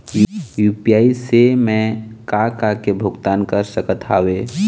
UPI से मैं का का के भुगतान कर सकत हावे?